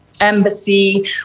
embassy